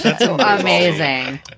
Amazing